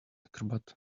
acrobat